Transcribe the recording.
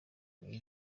iri